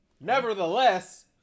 Nevertheless